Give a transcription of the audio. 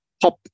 Pop